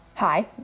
Hi